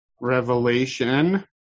revelation